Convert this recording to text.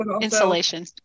Insulation